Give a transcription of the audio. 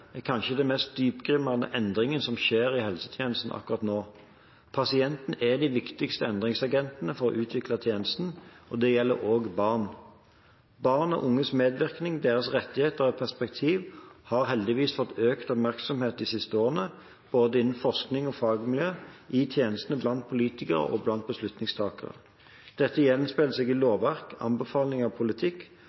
er kanskje den mest dyptgripende endringen som skjer i helsetjenesten akkurat nå. Pasientene er de viktigste endringsagentene for å utvikle tjenestene. Dette gjelder også barn. Barn og unges medvirkning, deres rettigheter og perspektiv har heldigvis fått økt oppmerksomhet de siste årene, både innen forskning og fagmiljø, i tjenestene og blant politikere og beslutningstakere. Dette gjenspeiler seg i lovverk, faglige anbefalinger og politikk,